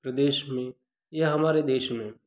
प्रदेश में या हमारे देश में